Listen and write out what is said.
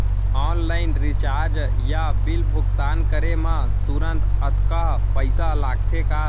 Online recharge या bill भुगतान करे मा तुरंत अक्तहा पइसा लागथे का?